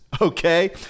okay